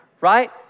right